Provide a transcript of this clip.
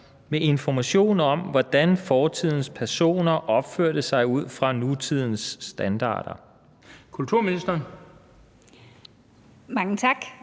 med information om, hvordan fortidens personer opførte sig ud fra nutidens standarder? Kl. 17:04 Den fg.